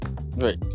right